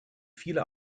viele